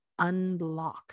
unblock